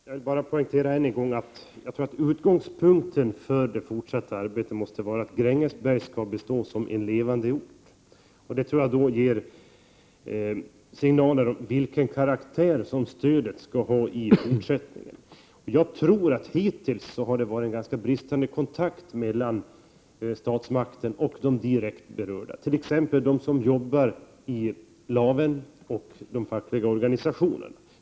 Herr talman! Jag vill bara ännu en gång poängtera att utgångspunkten för det fortsatta arbetet nog måste vara att Grängesberg skall bestå som en levande ort. Det tror jag innebär signaler om vilken karaktär som stödet i fortsättningen skall ha. Jag tror att det hittills har brustit något i kontakterna mellan statsmakterna och de direkt berörda — t.ex. de som arbetar i Laven och de fackliga organisationerna.